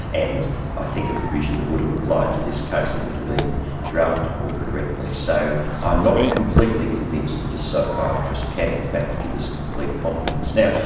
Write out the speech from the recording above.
and i think a provision that would've applied to this case if it had been drafted more correctly, so i'm not completely convinced that a psychiatrist can in fact give us complete confidence. now,